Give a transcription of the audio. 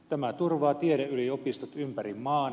tämä turvaa tiedeyliopistot ympäri maan